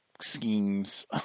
schemes